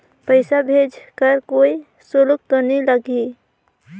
पइसा भेज कर कोई शुल्क तो नी लगही?